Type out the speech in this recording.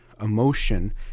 emotion